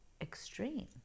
extreme